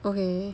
okay